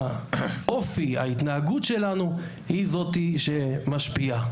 האופי, ההתנהגות שלנו היא זאת שמשפיע.